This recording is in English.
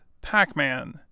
Pac-Man